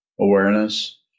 Awareness